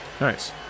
Nice